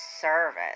Service